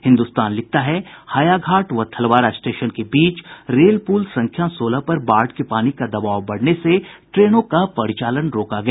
हिन्दुस्तान लिखता है हायाघाट व थलवारा स्टेशन के बीच रेलपुल संख्या सोलह पर बाढ़ के पानी का दबाव बढ़ने से ट्रेनों का परिचालन रोका गया